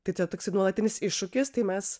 tai toks nuolatinis iššūkis tai mes